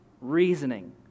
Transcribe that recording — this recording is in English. reasoning